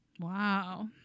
Wow